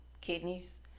kidneys